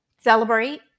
celebrate